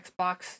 Xbox